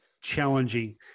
challenging